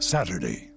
Saturday